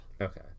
Okay